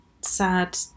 sad